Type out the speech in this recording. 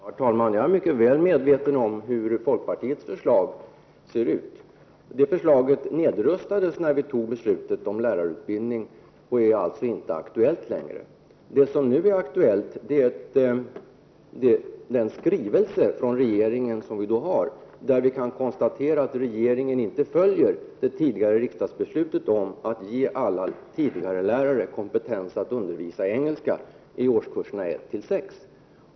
Herr talman! Jag är mycket väl medveten om hur folkpartiets förslag ser ut. Det förslaget nedröstades när vi fattade beslut om lärarutbildningen och är alltså inte längre aktuellt. Vad som nu är aktuellt är en skrivelse från regeringen där vi kan konstatera att regeringen inte följer det tidigare riksdagsbeslutet om att ge alla s.k. tidigarelärare kompetens att undervisa i engelska i årskurserna 1—6.